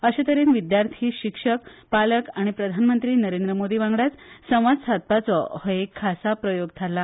अश्या तरेन विद्यार्थी शिक्षक पालक आनी प्रधानमंत्री नरेंद्र मोदी वांगडाच संवाद साधपाचो हो एक खासा प्रयोग थारला